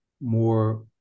more